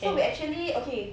so we actually okay